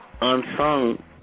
Unsung